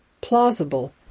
plausible